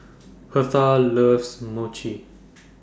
Hertha loves Mochi